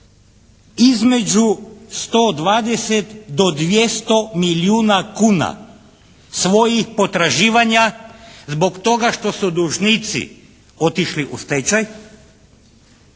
između 120 do 200 milijuna kuna svojih potraživanja zbog toga što su dužnici otišli u stečaj,